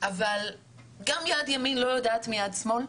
אבל גם יד ימין לא יודעת מיד שמאל,